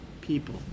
people